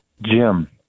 Jim